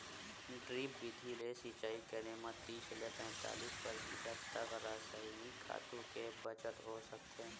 drip बिधि ले सिचई करे म तीस ले पैतालीस परतिसत तक रसइनिक खातू के बचत हो सकथे